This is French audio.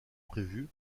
prévue